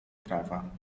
prawa